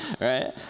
right